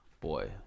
boy